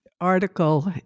article